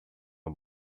uma